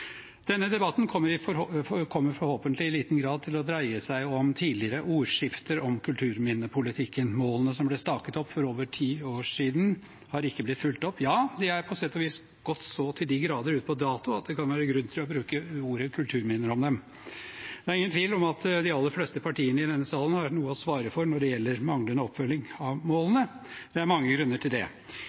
Denne debatten kommer forhåpentlig i liten grad til å dreie seg om tidligere ordskifter om kulturminnepolitikken. Målene som ble staket opp for over ti år siden, er ikke blitt fulgt opp – ja, de har på sett og vis gått så til de grader ut på dato at det kan være grunn til å bruke ordet kulturminne om dem. Det er ingen tvil om at de aller fleste partiene i denne salen har noe å svare for når det gjelder manglende oppfølging av målene, og det er mange grunner til det.